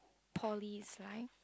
poly is like